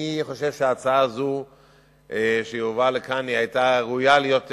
אני חושב שההצעה הזאת שהובאה לכאן ראויה להיות נדונה.